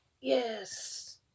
Yes